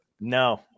No